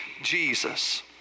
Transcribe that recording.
Jesus